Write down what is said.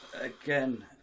Again